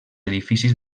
edificis